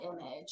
image